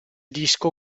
disco